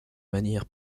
manière